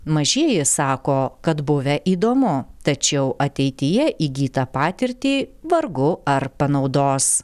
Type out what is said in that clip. mažieji sako kad buvę įdomu tačiau ateityje įgytą patirtį vargu ar panaudos